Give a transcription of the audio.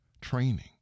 training